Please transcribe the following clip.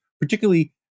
particularly